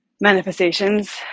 manifestations